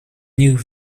них